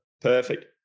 Perfect